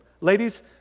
Ladies